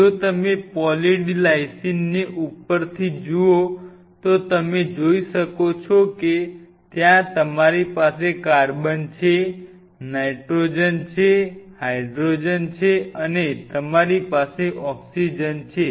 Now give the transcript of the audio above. જો તમે poly D લાઈસિનને ઉપરથી જુઓ તો તમે જોઈ શકો છો કે ત્યાં તમારી પાસે કાર્બન છે નાઈટ્રોજન છે હાઇડ્રોજન છે અને તમારી પાસે ઓક્સિજન છે